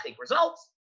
results